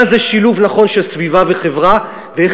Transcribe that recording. מה זה שילוב נכון של סביבה וחברה ואיך